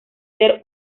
ser